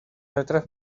otras